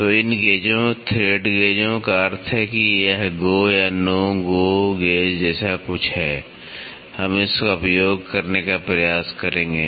तो इन गेजों （gauges） थ्रेड गेजों （thread gauges） का अर्थ है कि यह गो （Go） या no go （No Go） gauge （gauge）जैसा कुछ है हम इसका उपयोग करने का प्रयास करेंगे